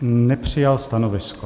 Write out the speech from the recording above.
Nepřijal stanovisko.